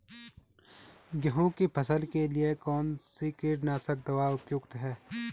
गेहूँ की फसल के लिए कौन सी कीटनाशक दवा उपयुक्त होगी?